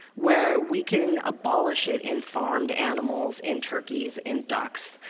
where we can abolish it in farmed animals, in turkeys, in ducks,